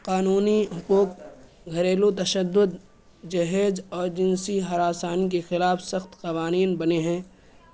قانونی حقوق گھریلو تشد جہیز اور جنسی ہراسان کے خلاف سخت قوانین بنے ہیں